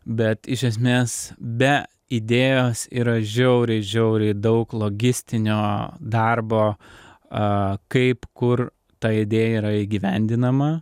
bet iš esmės be idėjos yra žiauriai žiauriai daug logistinio darbo kaip kur ta idėja yra įgyvendinama